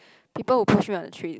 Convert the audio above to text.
people who push me on the trains